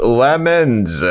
lemons